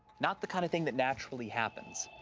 not the kind of thing that naturally happens.